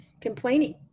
complaining